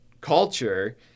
culture